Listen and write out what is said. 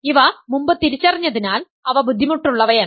ഇവ മുമ്പ് തിരിച്ചറിഞ്ഞതിനാൽ അവ ബുദ്ധിമുട്ടുള്ളവയല്ല